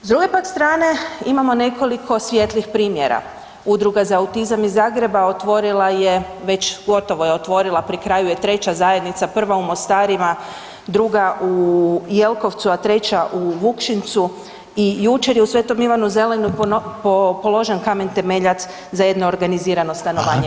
S druge pak strane imamo nekoliko svijetlih primjera Udruga za autizam iz Zagreba otvorila je, već gotovo je otvorila pri kraju je 3 zajednica, prva u Mostarima, druga u Jelkovcu, a 3 u Vukšincu i jučer je u Svetom Ivanu Zelini položen kamen temeljac za jedno organizirano [[Upadica: Hvala.]] stanovanje.